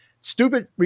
stupid